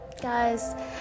guys